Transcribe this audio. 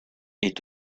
est